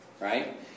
Right